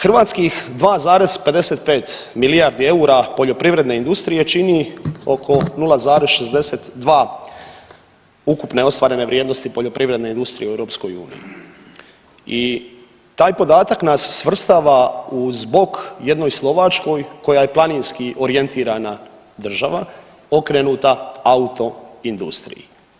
Hrvatskih 2,55 milijardi eura poljoprivredne industrije čini oko 0,62 ukupne ostvarene vrijednosti poljoprivredne industrije u EU i taj podatak nas svrstava uz bok jednoj Slovačkoj koja je planinski orijentirana država, okrenuta autoindustriji.